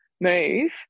move